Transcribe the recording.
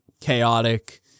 chaotic